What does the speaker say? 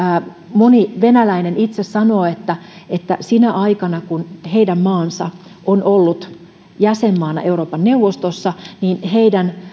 moni venäläinen itse sanoo että että sinä aikana kun heidän maansa on ollut jäsenmaana euroopan neuvostossa heidän